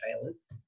trailers